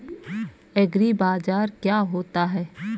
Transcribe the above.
एग्रीबाजार क्या होता है?